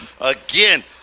again